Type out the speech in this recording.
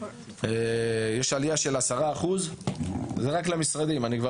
יש עלייה של 10% רק למשרדים אני כבר